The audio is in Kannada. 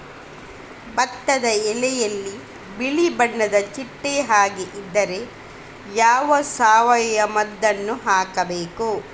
ಭತ್ತದ ಎಲೆಯಲ್ಲಿ ಬಿಳಿ ಬಣ್ಣದ ಚಿಟ್ಟೆ ಹಾಗೆ ಇದ್ದಾಗ ಯಾವ ಸಾವಯವ ಮದ್ದು ಹಾಕಬೇಕು?